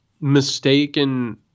mistaken